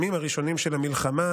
בימים הראשונים של המלחמה,